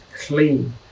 clean